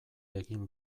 egin